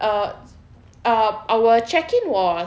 uh uh our check in was